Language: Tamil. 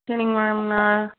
சரிங்க மேடம் நான்